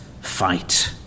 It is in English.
fight